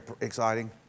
exciting